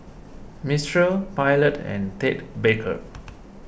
Mistral Pilot and Ted Baker